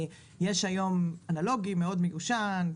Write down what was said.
יש היום אנלוגי מאוד מיושן,